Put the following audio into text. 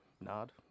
nod